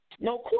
no